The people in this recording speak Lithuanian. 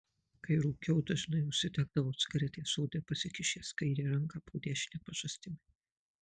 kai rūkiau dažnai užsidegdavau cigaretę sode pasikišęs kairę ranką po dešine pažastimi